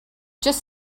just